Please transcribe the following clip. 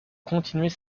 continuer